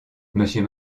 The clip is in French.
monsieur